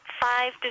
five